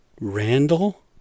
Randall